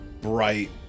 bright